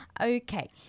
Okay